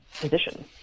position